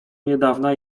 niedawna